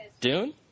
Dune